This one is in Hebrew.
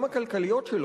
גם הכלכליות,